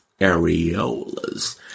Areolas